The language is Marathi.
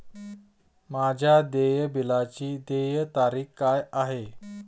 माझ्या देय बिलाची देय तारीख काय आहे?